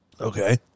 okay